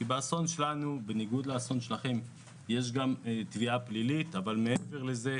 באסון שלנו יש גם תביעה פלילית בשונה מהאסון שלכם.